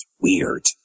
weird